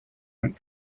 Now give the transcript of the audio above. went